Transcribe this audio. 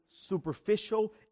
superficial